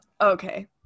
Okay